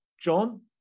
John